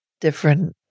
Different